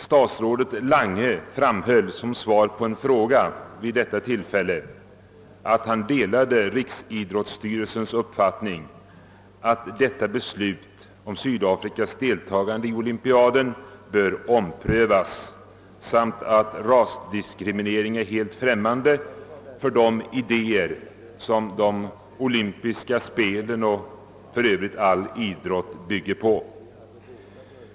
Statsrådet Lange framhöll vid detta tillfälle som svar på en fråga, att han delade Riksidrottsstyrelsens uppfattning att detta beslut om Sydafrikas deltagande i olympiaden borde omprövas samt att rasdiskriminering är helt främmande för de idéer, som de olympiska spelen och för övrigt all idrott bygger på.